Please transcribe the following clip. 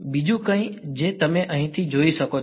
બીજું કંઈ કે જે તમે અહીંથી જોઈ શકો છો